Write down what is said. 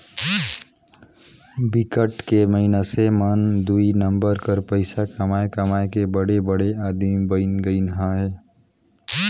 बिकट के मइनसे मन दुई नंबर कर पइसा कमाए कमाए के बड़े बड़े आदमी बइन गइन अहें